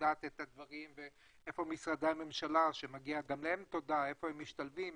איפה משרדי הממשלה משתלבים,